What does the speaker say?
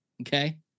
Okay